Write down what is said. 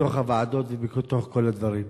בתוך הוועדות ובתוך כל הדברים.